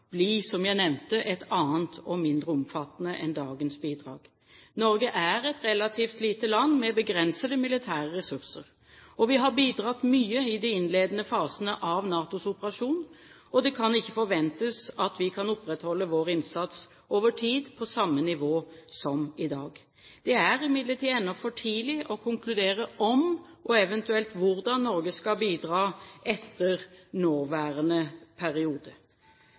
som jeg nevnte, et annet og mindre omfattende enn dagens bidrag. Norge er et relativt lite land med begrensede militære ressurser, og vi har bidratt mye i de innledende fasene av NATOs operasjon. Det kan ikke forventes at vi kan opprettholde vår innsats over tid på samme nivå som i dag. Det er imidlertid ennå for tidlig å konkludere om og eventuelt hvordan Norge skal bidra etter nåværende periode.